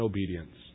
Obedience